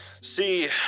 See